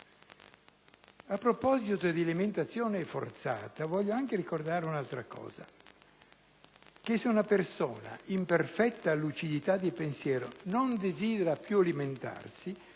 A proposito di alimentazione forzata, voglio anche ricordare un'altra cosa: se una persona, in perfetta lucidità di pensiero, non desidera più alimentarsi,